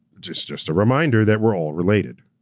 just just a reminder that we're all related,